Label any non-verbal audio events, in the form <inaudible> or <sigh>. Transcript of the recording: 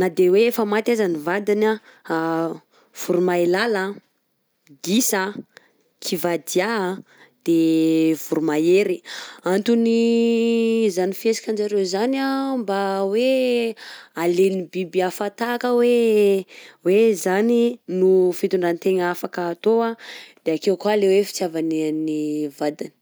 na de hoe maty aza ny vadiny anh <hesitation> voromailala, gisa, kivàdia anh, de voromahery. _x000D_ Anton'ny <hesitation> zany fihesika anjareo zany anh mba hoe alain'ny biby hafa tahaka hoe hoe izany no fitondran-tegna afaka atao anh de akeo koa lay hoe fitiavany an'ny vadiny.